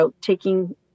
taking